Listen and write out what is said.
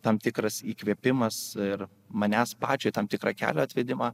tam tikras įkvėpimas ir manęs pačio į tam tikrą kelio atvedimą